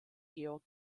georg